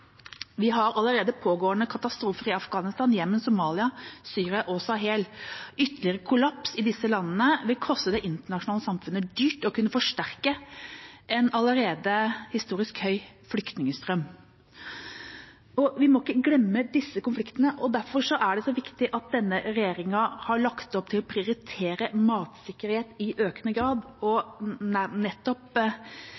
Vi har allerede pågående katastrofer i Afghanistan, Jemen, Somalia, Syria og Sahel. Ytterligere kollaps i disse landene vil koste det internasjonale samfunnet dyrt og vil kunne forsterke en allerede historisk høy flyktningstrøm. Vi må ikke glemme disse konfliktene, og derfor er det så viktig at denne regjeringa har lagt opp til å prioritere matsikkerhet i økende grad.